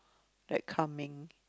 like coming